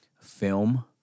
film